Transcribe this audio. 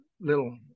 little –